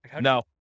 No